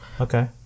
Okay